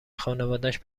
خانوادش